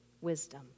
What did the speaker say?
wisdom